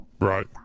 Right